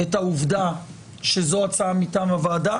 את העובדה שזו הצעה מטעם הוועדה,